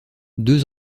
deux